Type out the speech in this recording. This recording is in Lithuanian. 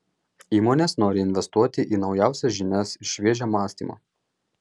įmonės nori investuoti į naujausias žinias ir šviežią mąstymą